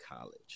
college